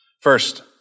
First